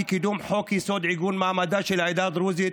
חוק-יסוד: עיגון מעמדה של העדה הדרוזית,